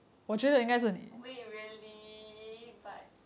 wait really but